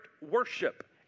worship